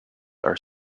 are